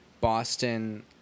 Boston